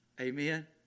Amen